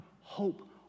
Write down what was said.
hope